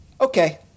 okay